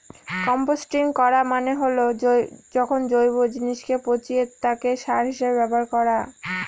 composting করা মানে হল যখন জৈব জিনিসকে পচিয়ে তাকে সার হিসেবে ব্যবহার করা